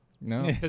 No